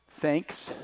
thanks